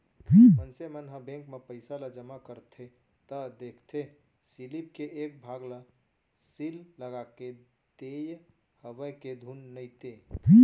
मनसे मन ह बेंक म पइसा ल जमा करथे त देखथे सीलिप के एक भाग ल सील लगाके देय हवय के धुन नइते